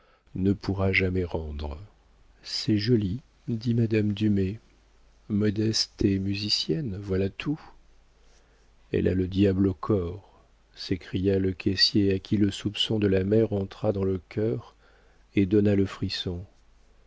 ne pourra jamais rendre illustration musique c'est joli dit madame dumay modeste est musicienne voilà tout elle a le diable au corps s'écria le caissier à qui le soupçon de la mère entra dans le cœur et donna le frisson